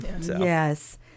yes